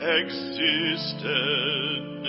existed